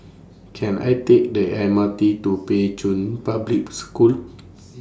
Can I Take The M R T to Pei Chun Public School